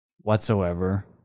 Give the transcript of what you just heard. whatsoever